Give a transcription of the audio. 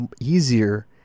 easier